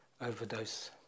overdose